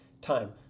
time